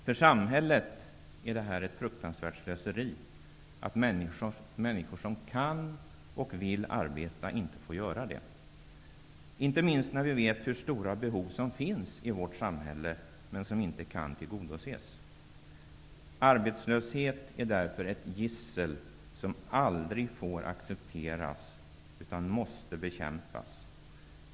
För samhället är det ett fruktansvärt slöseri att människor som kan och vill arbeta inte får göra det. Vi vet hur stora behov som finns i vårt samhälle som inte kan tillgodoses. Arbetslöshet är ett gissel som aldrig får accepteras utan måste bekämpas.